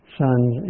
sons